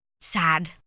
sad